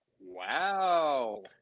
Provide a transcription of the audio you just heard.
Wow